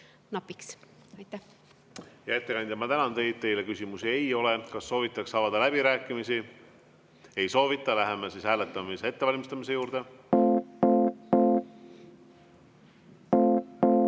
napiks. Aitäh! Hea ettekandja, ma tänan teid. Teile küsimusi ei ole. Kas soovitakse avada läbirääkimisi? Ei soovita. Läheme hääletamise ettevalmistamise juurde.